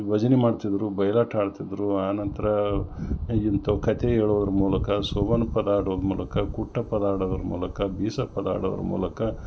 ಭಜನೆ ಮಾಡ್ತಿದ್ದರು ಬಯೊಲಾಟ ಆಡ್ತಿದ್ದರು ಆನಂತರ ಇಂಥವು ಕತೆ ಹೇಳುದ್ರ ಮೂಲಕ ಸೊಬಾನ ಪದ ಹಾಡುವ ಮೂಲಕ ಗುಟ್ಟಪದ ಹಾಡುದ್ರ ಮೂಲಕ ಬೀಸಪದ ಹಾಡುದ್ರ ಮೂಲಕ